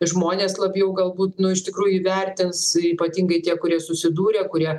žmonės labiau galbūt nu iš tikrųjų įvertins ypatingai tie kurie susidūrė kurie